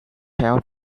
out